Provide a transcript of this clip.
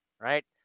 right